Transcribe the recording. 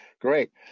Great